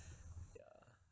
ya